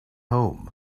home